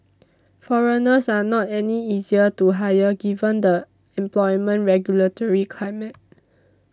foreigners are not any easier to hire given the employment regulatory climate